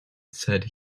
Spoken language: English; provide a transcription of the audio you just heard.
said